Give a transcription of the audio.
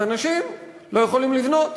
אז אנשים לא יכולים לבנות,